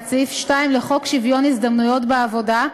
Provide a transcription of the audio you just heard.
את סעיף 2 לחוק שוויון ההזדמנויות בעבודה,